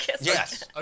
Yes